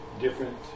different